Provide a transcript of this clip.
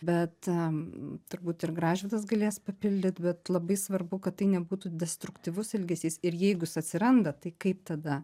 bet turbūt ir gražvydas galės papildyt bet labai svarbu kad tai nebūtų destruktyvus elgesys ir jeigu jis atsiranda tai kaip tada